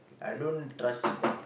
I don't trust in that